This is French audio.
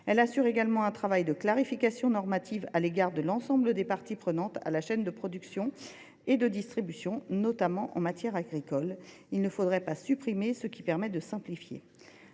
Elle assure également un travail de clarification normative à l’égard de l’ensemble des parties prenantes à la chaîne de production et de distribution, notamment en matière agricole. Il ne faudrait pas supprimer ce qui permet de simplifier